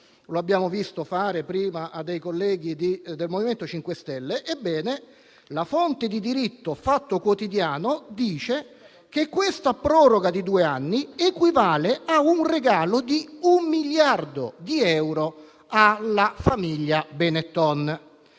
come abbiamo visto fare prima a colleghi del MoVimento 5 Stelle, ebbene la fonte di diritto «Il Fatto Quotidiano» dice che questa proroga di due anni equivale a un regalo di un miliardo di euro alla famiglia Benetton.